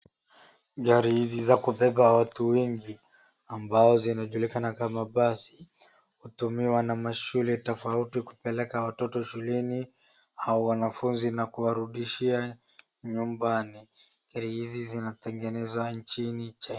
Gari hizi za kubeba watu wengi ambazo zinajulikana kama basi hutumiwa na mshike tofauti kupeleka watoto shuleni au wanafunzi na kuwarudisha nyumbani. Gari hizi zinatengenezwa nchini China.